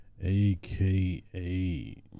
AKA